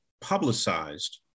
publicized